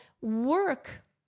work